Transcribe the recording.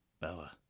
Bella